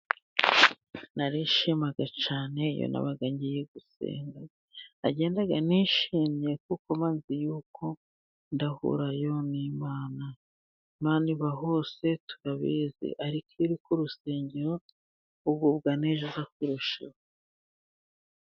Narishimaga cyane iyo nabaga ngiye gusenga, nagendaga nishimye kuko kuko nagaga nzi yuko ndahurayo n'Imana. Imana iba hose turabizi ariko iyo uri ku rusengero ugubwa neza kurushaho.